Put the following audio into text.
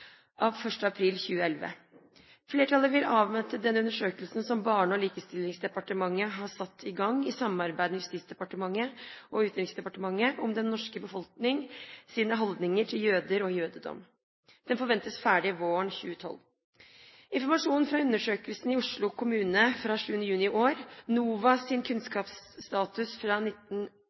av 1. april 2011. Flertallet vil avvente den undersøkelsen som Barne- og likestillingsdepartementet har satt i gang i samarbeid med Justisdepartementet og Utenriksdepartementet om den norske befolknings holdning til jøder og jødedom. Den forventes ferdig våren 2012. Informasjonen fra undersøkelsen i Oslo kommune fra 7. juni 2011, NOVAs kunnskapsstatus,